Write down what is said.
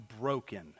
broken